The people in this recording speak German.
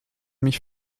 mich